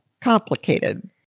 complicated